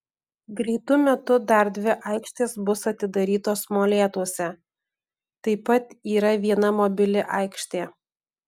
greitu metu dar dvi aikštės bus atidarytos molėtuose taip pat yra viena mobili aikštė